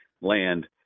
land